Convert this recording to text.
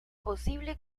posible